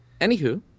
anywho